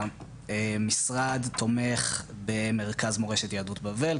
המשרד תומך במרכז מורשת יהדות בבל,